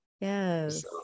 yes